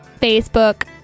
Facebook